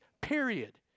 period